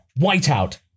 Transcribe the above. Whiteout